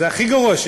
וזה הכי גרוע.